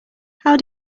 how